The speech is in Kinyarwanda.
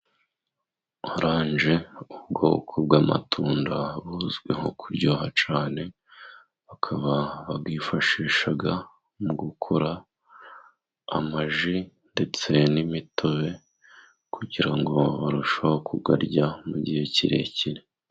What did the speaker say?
Oranje ni ubwoko bw'amatunda buzwiho kuryoha cyane . Bakaba bayifashisha mu gukora amaji ndetse n'imitobe kugira ngo barusheho kuyarya mu gihe kirekire.